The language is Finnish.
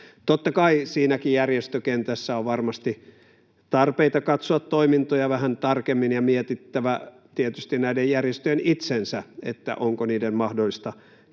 Totta kai siinäkin järjestökentässä on varmasti tarpeita katsoa toimintoja vähän tarkemmin, ja tietysti näiden järjestöjen itsensä on mietittävä, onko niiden mahdollista